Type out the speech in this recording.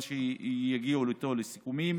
לפי מה שיגיעו איתו לסיכומים,